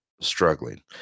struggling